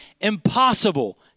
impossible